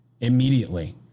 immediately